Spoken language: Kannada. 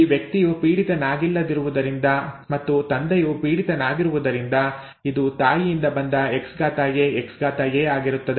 ಈ ವ್ಯಕ್ತಿಯು ಪೀಡಿತನಾಗಿಲ್ಲದಿರುವುದರಿಂದ ಮತ್ತು ತಂದೆಯು ಪೀಡಿತನಾಗಿರುವುದರಿಂದ ಇದು ತಾಯಿಯಿಂದ ಬಂದ XaXA ಆಗಿರುತ್ತದೆ